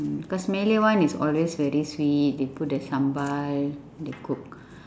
because malay one is always very sweet they put the sambal they cook